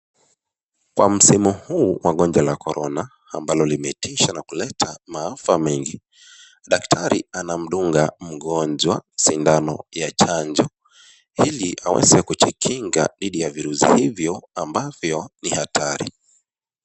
Kwa msimu huu wa gonjwa la korona ambalo limetisha na kuleta maafa mengi. Daktari anamdunga mgonjwa sindano ya chanjo ili aweze kujikinga dhidi ya virusi hivyo ambavyo ni hatari.